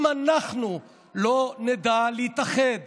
אם אנחנו לא נדע להתאחד